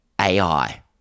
AI